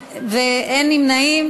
פגיעה מתוך מניע של